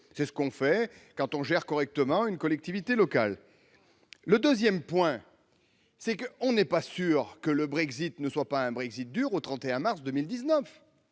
C'est ce que l'on fait quand on gère correctement une collectivité locale. Deuxièmement, nous ne sommes pas sûrs que le Brexit ne soit pas un Brexit dur le 31 mars 2019.